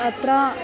अत्र